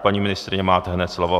Paní ministryně, máte hned slovo.